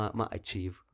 ma-achieve